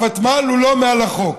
הוותמ"ל הוא לא מעל החוק.